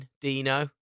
Dino